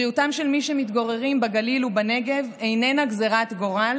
בריאותם של מי שמתגוררים בגליל ובנגב איננה גזרת גורל